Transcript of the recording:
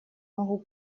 могу